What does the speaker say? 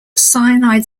cyanide